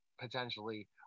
potentially